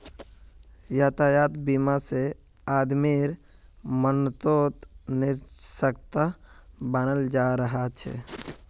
यातायात बीमा से आदमीर मनोत् निश्चिंतता बनाल रह छे